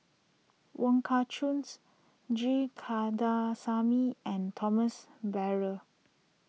Wong Kah Chun's G Kandasamy and Thomas Braddell